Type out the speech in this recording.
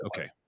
okay